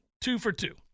two-for-two